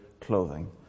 clothing